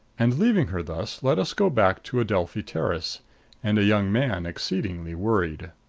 and leaving her thus, let us go back to adelphi terrace and a young man exceedingly worried.